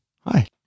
Hi